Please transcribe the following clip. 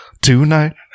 tonight